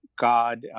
god